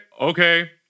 Okay